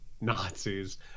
nazis